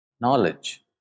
knowledge